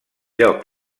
lloc